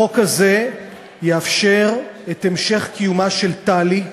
החוק הזה יאפשר את המשך קיומה של תל"י,